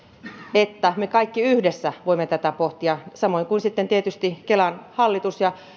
että me kaikki yhdessä voimme tätä pohtia samoin kuin sitten tietysti kelan hallitus